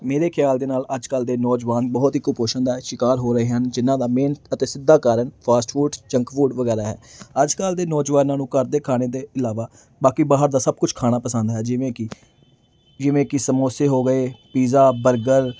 ਮੇਰੇ ਖਿਆਲ ਦੇ ਨਾਲ ਅੱਜ ਕੱਲ੍ਹ ਦੇ ਨੌਜਵਾਨ ਬਹੁਤ ਹੀ ਕੁਪੋਸ਼ਣ ਦਾ ਸ਼ਿਕਾਰ ਹੋ ਰਹੇ ਹਨ ਜਿਹਨਾਂ ਦਾ ਮੇਨ ਅਤੇ ਸਿੱਧਾ ਕਾਰਨ ਫਾਸਟ ਫੂਡ ਜੰਕ ਫੂਡ ਵਗੈਰਾ ਹੈ ਅੱਜ ਕੱਲ੍ਹ ਦੇ ਨੌਜਵਾਨਾਂ ਨੂੰ ਘਰ ਦੇ ਖਾਣੇ ਦੇ ਇਲਾਵਾ ਬਾਕੀ ਬਾਹਰ ਦਾ ਸਭ ਕੁਝ ਖਾਣਾ ਪਸੰਦ ਹੈ ਜਿਵੇਂ ਕਿ ਜਿਵੇਂ ਕਿ ਸਮੋਸੇ ਹੋ ਗਏ ਪੀਜ਼ਾ ਬਰਗਰ